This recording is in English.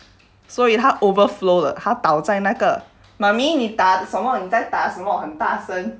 所以他 overflow 了他倒在那个 mummy 你打什么你再打什么很大声